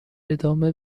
ادامه